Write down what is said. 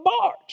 barge